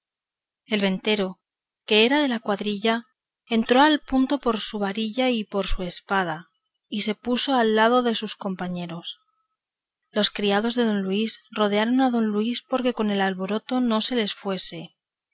hermandad el ventero que era de la cuadrilla entró al punto por su varilla y por su espada y se puso al lado de sus compañeros los criados de don luis rodearon a don luis porque con el alboroto no se les fuese